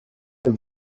this